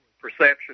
perception